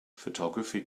photography